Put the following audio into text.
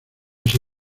ese